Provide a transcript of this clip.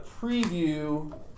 preview